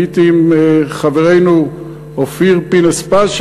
הייתי עם חברנו אופיר פינס-פז,